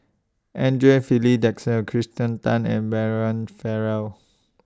Andre Filipe Desker Kirsten Tan and Brian Farrell